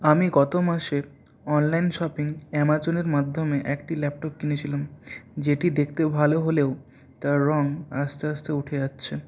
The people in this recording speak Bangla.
আমি গতমাসের অনলাইন শপিং অ্যামাজনের মাধ্যমে একটি ল্যাপটপ কিনেছিলাম যেটি দেখতে ভালো হলেও তার রঙ আস্তে আস্তে উঠে যাচ্ছে